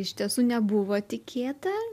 iš tiesų nebuvo tikėta